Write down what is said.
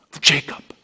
Jacob